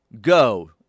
go